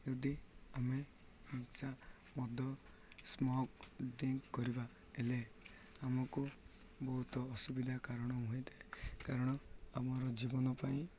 ଯଦି ଆମେଶା ମଦ ସ୍ମୋକ୍ ଡ୍ରିଙ୍କ୍ କରିବା ହେଲେ ଆମକୁ ବହୁତ ଅସୁବିଧା କାରଣ ହୋଇଥାଏ କାରଣ ଆମର ଜୀବନ ପାଇଁ